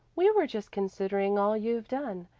we were just considering all you've done,